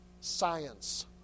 science